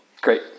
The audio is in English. Great